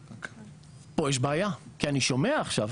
פה יש בעיה, כי אני שומע עכשיו